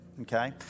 okay